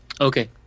Okay